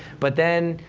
but then,